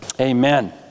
Amen